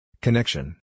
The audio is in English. Connection